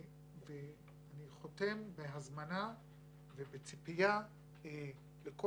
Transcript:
אני חותם את דבריי בהזמנה ובציפייה לכל